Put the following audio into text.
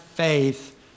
faith